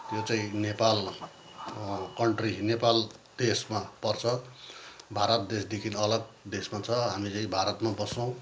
त्यो चाहिँ नेपाल कन्ट्री नेपाल देशमा पर्छ भारत देशदेखि अलग देशमा छ हामी चाहिँ भारतमा बस्छौँ